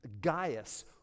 gaius